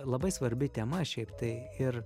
labai svarbi tema šiaip tai ir